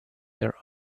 their